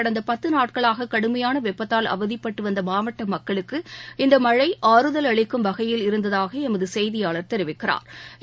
கடந்த பத்து நாட்களாக கடுமையான வெப்பத்தால் அவதிப்பட்டு வந்த மாவட்ட மக்களுக்கு இந்த மழை ஆறுதல் அளிக்கும் வகையில் இருந்ததாக எமது செய்தியாளா் தெரிவிக்கிறாா்